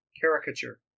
caricature